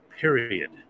period